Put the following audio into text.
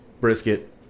brisket